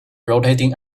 rotating